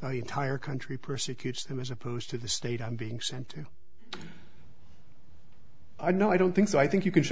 the entire country persecutes them as opposed to the state i'm being sent to i no i don't think so i think you can show